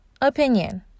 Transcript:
Opinion